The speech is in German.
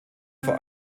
vor